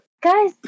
Guys